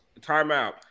timeout